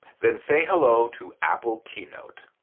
then say hello to apple keynote.